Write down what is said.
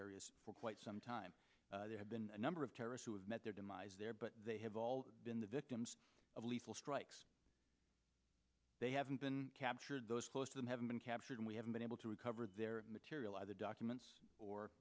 areas for quite some time there have been a number of terrorist who have met their demise there but they have all been the victims of lethal strikes they haven't been captured those close to them haven't been captured and we haven't been able to recover their material either documents or